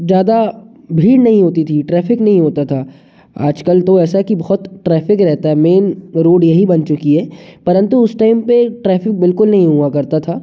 ज़्यादा भीड़ नहीं होती थी ट्रेफिक नहीं होता था आजकल तो ऐसा है कि बहुत ट्रेफिक रहता है मेन रोड यहीं बन चुकी है परंतु उस टाइम पे ट्रेफिक बिलकुल नहीं हुआ करता था